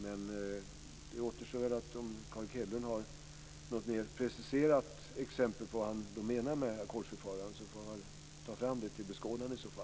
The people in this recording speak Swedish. Om Carl Erik Hedlund har något mer preciserat exempel på vad han menar med ackordsförfarande får han väl ta fram det till beskådande.